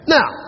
Now